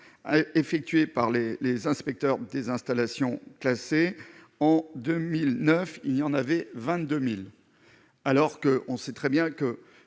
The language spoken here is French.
effectué par les les inspecteurs des installations classées en 2009, il y en avait 22000 alors qu'on sait très bien que